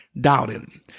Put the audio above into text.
doubting